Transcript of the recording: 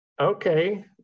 okay